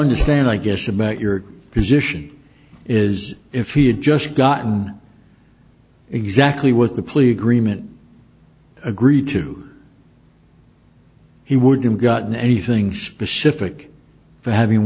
understand i guess about your position is if he had just gotten exactly what the plea agreement agreed to he would have gotten anything specific for having